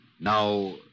Now